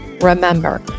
Remember